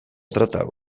tratatu